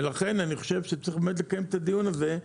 ולכן אני חושב שצריך באמת לקיים את הדיון הזה,